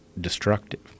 destructive